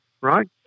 right